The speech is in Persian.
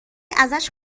ازش